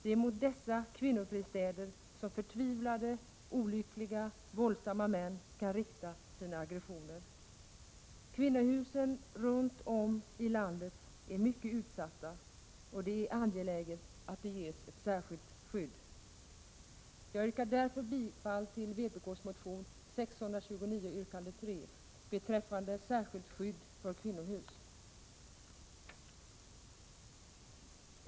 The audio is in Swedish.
Det är mot dessa kvinnofristäder som förtvivlade, olyckliga, våldsamma män kan rikta sina aggressioner. Kvinnohusen runt om i landet är mycket utsatta, och det är angeläget att de ges ett särskilt skydd. Jag yrkar därför bifall till vpk:s motion 629, yrkande 3, beträffande särskilt skydd för kvinnohus.